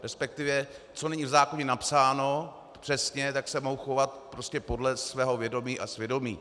Respektive co není v zákoně napsáno přesně, tak se mohu chovat podle svého vědomí a svědomí.